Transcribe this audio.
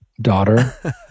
daughter